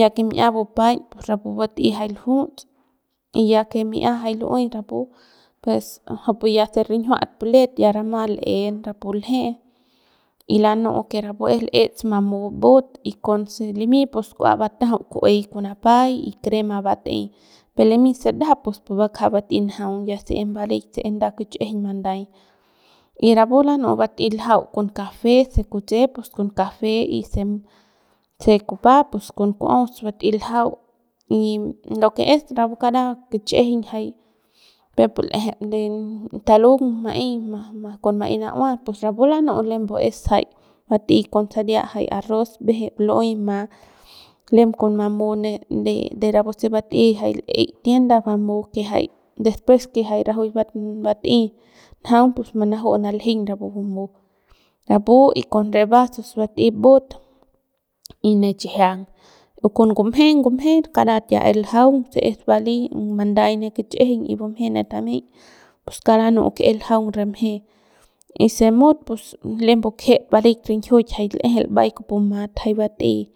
ya que mi'ia bupaiñ pus rapu bat'ey jay luljuts y ya que mi'ia jay lu'uey rapu kujupu ya se rinjiuat pu let ya rama l'en rapu lje'e y lanu'u que rapu es l'ets mamu but y kuanse limy pus kua batajau ku'uey con napay y crema bat'ey per limy se ndajap pus pu bakja bat'ey njaung ya se em baleik se es nda kich'ijiñ manday y rapu lanu'u bat'ey ljau con café se putse pus con café y se mu y se kupa pus con ku'os bat'ey ljau y lo que es rapu kara kich'ijiñ jay peuk pu l'eje de talung ma'ey con ma ma con ma'ey na'ua pus rapu lanu'u lembue es bat'ey con saria jay arroz mbeje lu'uey ma lem con mamu ne de rapu se bat'ey jay bat'ey jay li'i tienda mamu que despues que jay rajuik bat bat'ey njaung pus manaju'u naljeiñ rapu bumu rapu y con re bazos bat'ey mbut y ne chijiang o con ngumje ngumje karat ya es ljaung si es baly o manday ne kichꞌijiñ y bumjey na temeiñ pus kauk la nu'u es ljaung re mje'e y se mut pus lembu kjet balik rinjiuk jay lejel mbay kupu mat jay bat'ey.